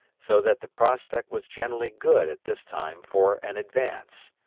so that the prospect was generally good at this time for an advance.